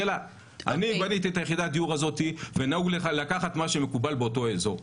אני בניתי את יחידת הדיור הזאת ונהוג לקחת את מה שמקובל באותו אזור,